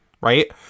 Right